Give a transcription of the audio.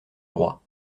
droit